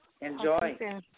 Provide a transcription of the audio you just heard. Enjoy